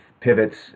pivots